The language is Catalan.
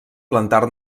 plantar